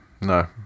no